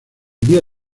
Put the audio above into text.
día